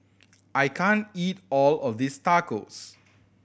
I can't eat all of this Tacos